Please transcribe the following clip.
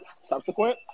subsequent